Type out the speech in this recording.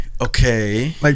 Okay